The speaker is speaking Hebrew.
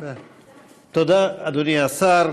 תודה, אדוני השר.